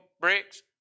bricks